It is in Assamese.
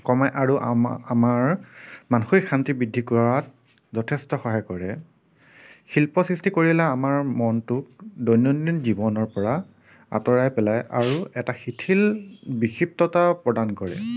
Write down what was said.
কমাই আৰু আমাৰ মানসিক শান্তি বৃদ্ধি কৰাত যথেষ্ট সহায় কৰে শিল্প সৃষ্টি কৰিলে আমাৰ মনটোত দৈনন্দিন জীৱনৰপৰা আঁতৰাই পেলাই আৰু এটা শিথিল বিক্ষিপ্ততা প্ৰদান কৰে